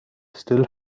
still